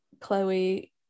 Chloe